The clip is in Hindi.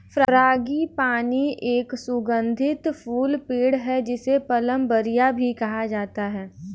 फ्रांगीपानी एक सुगंधित फूल पेड़ है, जिसे प्लंबरिया भी कहा जाता है